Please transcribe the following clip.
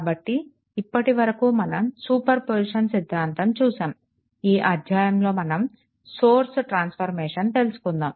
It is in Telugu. కాబట్టి ఇప్పటివరకు మనం సూపర్ పొజిషన్ సిద్ధాంతం చూశాము ఈ అధ్యాయంలో మనం సోర్స్ ట్రాన్స్ఫర్మేషన్ తెలుసుకుందాము